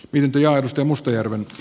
opintoja istuu mustajärven